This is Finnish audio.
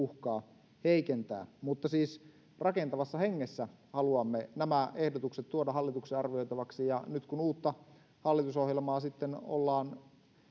uhkaa työllisyyttä heikentää mutta siis rakentavassa hengessä haluamme nämä ehdotukset tuoda hallituksen arvioitavaksi ja nyt kun uutta hallitusohjelmaa ollaan